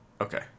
Okay